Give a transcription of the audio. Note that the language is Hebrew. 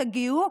תגיעו,